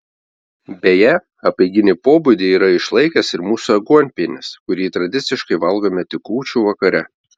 beje apeiginį pobūdį yra išlaikęs ir mūsų aguonpienis kurį tradiciškai valgome tik kūčių vakare